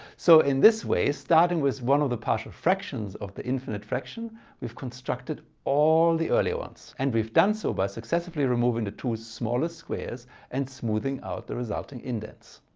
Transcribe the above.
so in this way, starting with one of the partial fractions of the infinite fraction we've constructed all the earlier ones. and we've done so by successfully removing the two smallest squares and smoothing out the resulting indents.